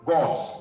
Gods